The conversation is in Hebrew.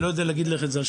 אני לא יודע להגיד לך את זה.